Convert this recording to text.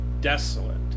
desolate